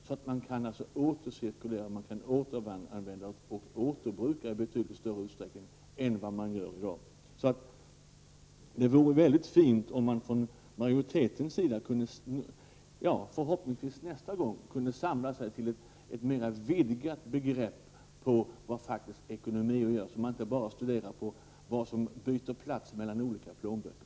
Det är nödvändigt att återcirkulera, återanvända och återbruka i betydligt större utsträckning än vad som sker i dag. Det vore väldigt fint om utskottsmajoriteten, förhoppningsvis nästa gång, kunde samla sig till ett mera vidgat grepp på vad ekonomi faktiskt är, dvs. inte bara studerar vad som byter plats mellan olika plånböcker.